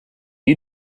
you